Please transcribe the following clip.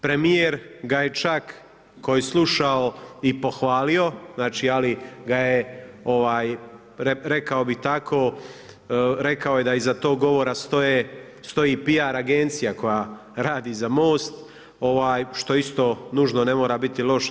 Premijer ga je čak tko je slušao i pohvalio, znači ali ga je rekao bih tako, rekao je da iza tog govora stoji PR agencija koja radi za MOST što isto nužno ne mora biti loše.